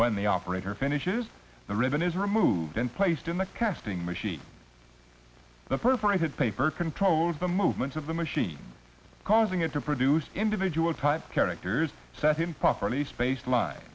when the operator finishes the ribbon is removed and placed in the casting machine the perforated paper controls the movements of the machine causing it to produce individual type characters set in properly spaced li